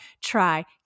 try